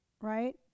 right